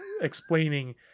explaining